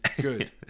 Good